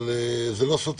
אבל זה לא סותר.